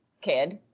kid